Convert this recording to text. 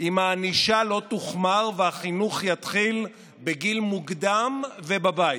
אם הענישה לא תוחמר והחינוך יתחיל בגיל מוקדם ובבית.